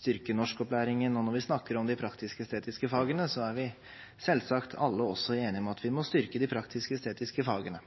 styrke norskopplæringen, og når vi snakker om de praktisk-estetiske fagene, er vi selvsagt alle også enige om at vi må styrke de praktisk-estetiske fagene.